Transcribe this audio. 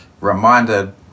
reminded